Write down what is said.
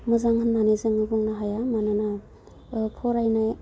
मोजां होननानै जोङो बुंनो हाया मानोना फरायनाय